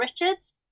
Richards